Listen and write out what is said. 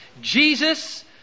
Jesus